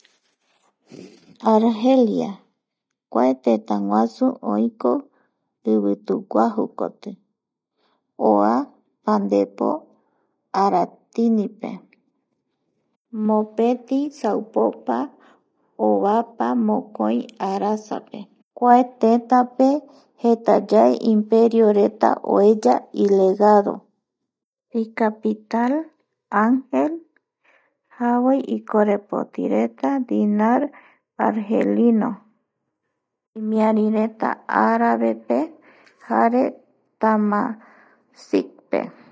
Argelia kua tëtäguasu oiko ivituguajukoti oa pandepo aratinipe mopeti saupopa ovapa mokoi arasape kua tetape jeta yae imperioreta oeya ilegado icapital angel javoi ikorepotireta Dinar argeenlino, imiari reta arabpee jare tamasipe